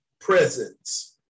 presence